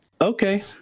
okay